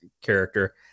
character